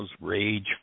rage